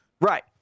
Right